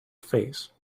face